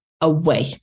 away